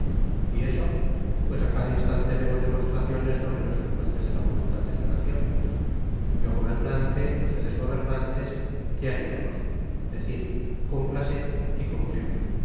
y eso pues a cada instante vemos demostraciones no menos elocuentes de la voluntad de la nación yo gobernante ustedes gobernantes qué haríamos decir cúmplase y cumplir